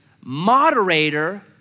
moderator